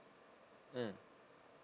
mm